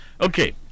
Okay